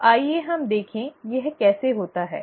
तो आइए हम देखें कि यह कैसे होता है